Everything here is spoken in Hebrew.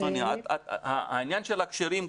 העניין של הכשרים,